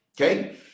Okay